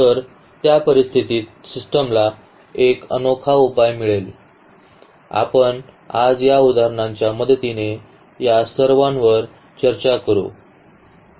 तर त्या परिस्थितीत सिस्टीमला एक अनोखा उपाय मिळेल आपण आज या उदाहरणांच्या मदतीने या सर्वांवर चर्चा करू